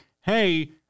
hey